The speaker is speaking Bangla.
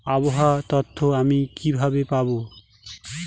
আবহাওয়ার তথ্য আমি কিভাবে পাবো?